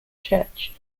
church